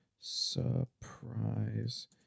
surprise